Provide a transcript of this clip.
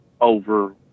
over